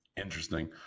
Interesting